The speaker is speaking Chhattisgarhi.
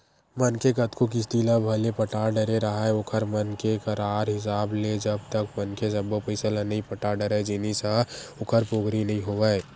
मनखे कतको किस्ती ल भले पटा डरे राहय ओखर मन के करार हिसाब ले जब तक मनखे सब्बो पइसा ल नइ पटा डरय जिनिस ह ओखर पोगरी नइ होवय